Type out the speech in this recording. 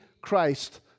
Christ